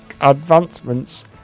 advancements